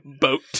boat